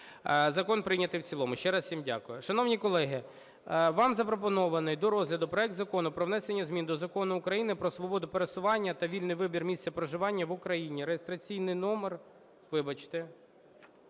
Закон прийнятий в цілому. Ще раз всім дякую. Шановні колеги, вам запропонований до розгляду проект Закону про внесення зміни до Закону України "Про свободу пересування та вільний вибір місця проживання в Україні" (реєстраційний номер…) Вибачте.